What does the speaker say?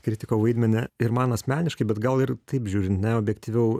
kritiko vaidmenį ir man asmeniškai bet gal ir taip žiūrint neobjektyviau